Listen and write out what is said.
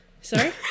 Sorry